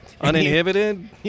Uninhibited